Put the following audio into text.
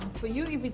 for you,